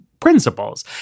principles